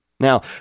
Now